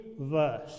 verse